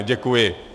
Děkuji.